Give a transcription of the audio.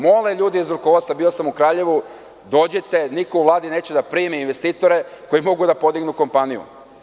Mole ljudi iz rukovodstva, bio sam u Kraljevu, dođite, niko u Vladi neće da primi investitore koji mogu da podignu kompaniju.